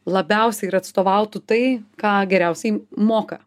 labiausiai ir atstovautų tai ką geriausiai moka